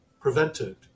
prevented